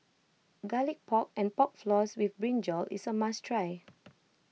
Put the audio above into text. Garlic Pork and Pork Floss with Brinjal is a must try